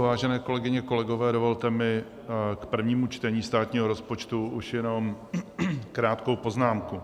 Vážené kolegyně, kolegové, dovolte mi k prvnímu čtení státního rozpočtu už jenom krátkou poznámku.